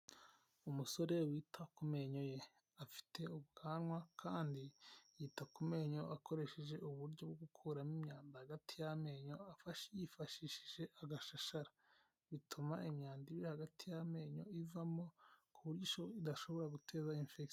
Umusore wita ku menyo ye afite ubwanwa kandi yita ku menyo akoresheje uburyo bwo gukuramo imyanda hagati y'amenyo yifashishije agashashara bituma imyanda iri hagati y'amenyo ivamo ku buryo idashobora gute infegisiyo.